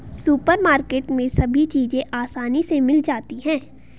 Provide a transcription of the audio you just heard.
supermarket में सभी चीज़ें आसानी से मिल जाती है